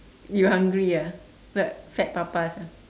you hungry ah fat fat papas ah